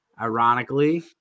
Ironically